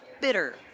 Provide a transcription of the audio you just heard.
bitter